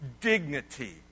dignity